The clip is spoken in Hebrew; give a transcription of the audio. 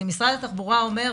כשמשרד התחבורה אומר,